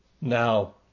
Now